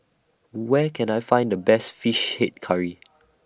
Where Can I Find The Best Fish Head Curry